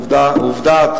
ועובדה,